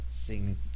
sing